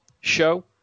show